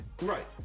Right